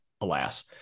alas